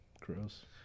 Gross